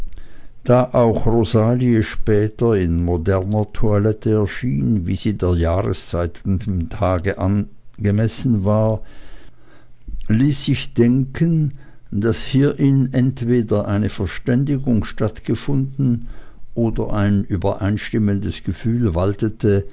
da auch rosalie später in moderner toilette erschien wie sie der jahreszeit und dem tage einfach angemessen war ließ sich denken daß hierin entweder eine verständigung stattgefunden oder ein übereinstimmendes gefühl waltete